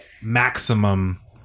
maximum